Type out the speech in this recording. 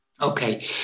Okay